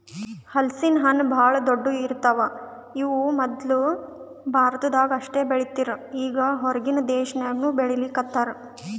ಹಲಸಿನ ಹಣ್ಣ್ ಭಾಳ್ ದೊಡ್ಡು ಇರ್ತವ್ ಇವ್ ಮೊದ್ಲ ಭಾರತದಾಗ್ ಅಷ್ಟೇ ಬೆಳೀತಿರ್ ಈಗ್ ಹೊರಗಿನ್ ದೇಶದಾಗನೂ ಬೆಳೀಲಿಕತ್ತಾರ್